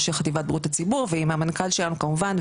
חטיבת בריאות הציבור ועם המנכ"ל שלנו כמובן,